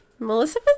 Melissa